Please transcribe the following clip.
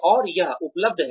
और यह उपलब्ध है